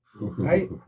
right